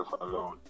alone